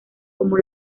como